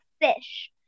fish